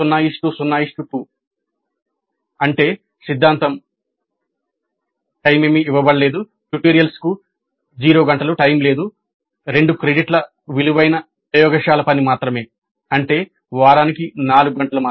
అంటే సిద్ధాంతం లేదు ట్యుటోరియల్స్ లేవు 2 క్రెడిట్ల విలువైన ప్రయోగశాల పని మాత్రమే అంటే వారానికి నాలుగు గంటలు